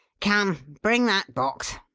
come! bring that box!